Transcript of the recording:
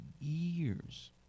years